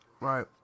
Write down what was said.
Right